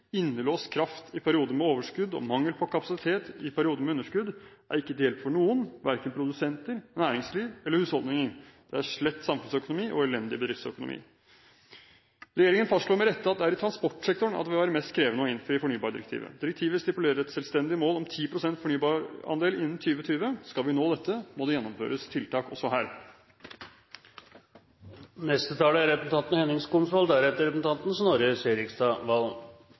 Innelåst kraft i perioder med overskudd og mangel på kapasitet i perioder med underskudd er ikke til hjelp for noen, verken for produsenter, næringsliv eller husholdninger. Det er slett samfunnsøkonomi og elendig bedriftsøkonomi. Regjeringen fastslår med rette at det er i transportsektoren det vil være mest krevende å innfri fornybardirektivet. Direktivet stipulerer et selvstendig mål om 10 pst. fornybarandel innen 2020. Skal vi nå dette, må det gjennomføres tiltak også her. Stortinget behandler i dag to saker som er